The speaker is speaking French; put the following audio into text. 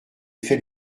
fait